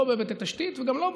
לא בהיבט התשתית וגם לא,